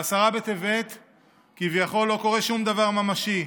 בעשרה בטבת כביכול לא קורה שום דבר ממשי,